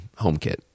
HomeKit